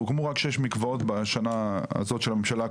הוקמו רק שש מקוואות בשנה הזאת של הממשלה הקודמת,